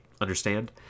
understand